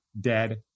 dead